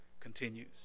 continues